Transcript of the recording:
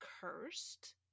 cursed